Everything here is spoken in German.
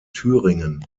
thüringen